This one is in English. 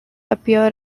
appear